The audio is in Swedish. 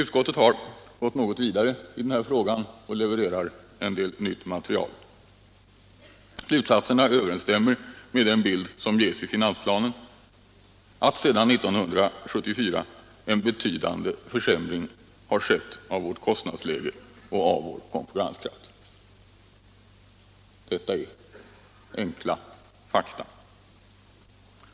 Utskottet har gått något vidare i den här frågan och levererat en del nytt material. Slutsatserna överensstämmer med den bild som ges i finansplanen, nämligen att sedan 1974 en betydande försämring har skett av vårt kostnadsläge och vår konkurrenskraft. Detta är enkla fakta.